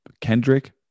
kendrick